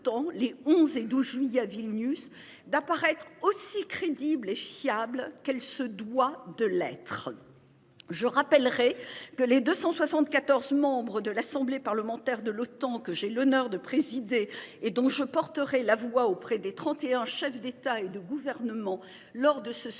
les 11 et 12 juillet à Vilnius d'apparaître aussi crédible et fiable qu'elle se doit de l'être. Je rappellerai que les 274 membres de l'Assemblée parlementaire de l'OTAN que j'ai l'honneur de présider, et dont je porterai la voix auprès des 31 chefs d'État et de gouvernement lors de ce sommet